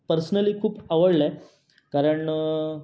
personally खूप आवडला आहे कारण